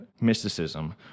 mysticism